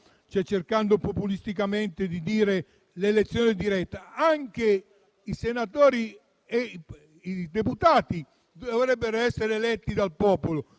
cercando populisticamente di descrivere l'elezione diretta del *Premier*. Anche i senatori e i deputati dovrebbero essere eletti dal popolo;